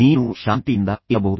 ನೀನು ಶಾಂತಿಯಿಂದ ಇರಬಹುದು